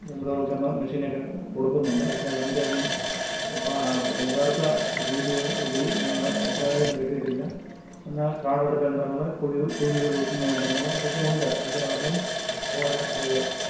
യന്ത്രവൽക്കരണം മിഷ്യനൊക്കെ കൊടുക്കുന്നുണ്ട് പക്ഷെ അതിൻറ്റെയൊന്നും പ്പ യഥാർത്ഥ രീതികൾ രീ പ്രായോജനം കിട്ടിയിട്ടില്ല എന്നാൽ കാടെട്ത്ത യന്ത്രങ്ങള് കുഴി കുഴികൾ കുത്തുന്ന യന്ത്രങ്ങള് അതൊക്കെയുണ്ട് പക്ഷെ അതൊന്നും പോരാ അത്